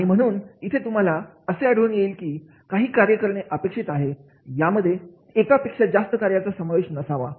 आणि म्हणून इथे तुम्हाला असे आढळून येईल की जे काही कार्य करणे अपेक्षित आहे यामध्ये एकापेक्षा जास्त कार्यांचा समावेश नसावा